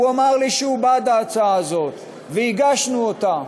הוא אמר לי שהוא בעד ההצעה הזאת, והגשנו אותה